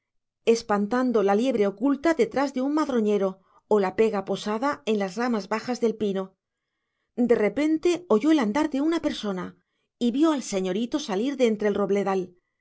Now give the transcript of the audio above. espantando la liebre oculta detrás de un madroñero o la pega posada en las ramas bajas del pino de repente oyó el andar de una persona y vio al señorito salir de entre el robledal